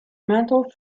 mantle